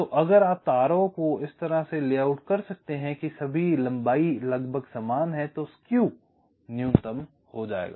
तो अगर आप तारों को इस तरह से लेआउट कर सकते हैं कि सभी लंबाई लगभग समान हैं तो स्क्यू न्यूनतम हो जाएगा